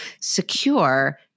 secure